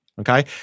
Okay